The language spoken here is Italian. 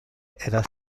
era